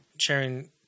sharing